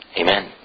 Amen